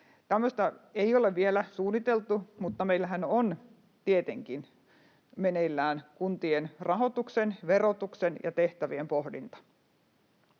Tämmöistä ei ole vielä suunniteltu, mutta meillähän on, tietenkin, meneillään kuntien rahoituksen, verotuksen ja tehtävien pohdinta,